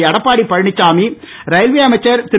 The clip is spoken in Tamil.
எடப்பாடி பழனிச்சாமி ரயில்வே அமைச்சர் திரு